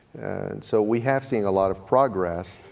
and so we have seen a lot of progress.